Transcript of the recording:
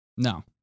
No